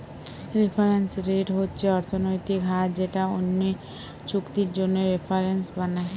reference rate হচ্ছে অর্থনৈতিক হার যেটা অন্য চুক্তির জন্যে রেফারেন্স বানায়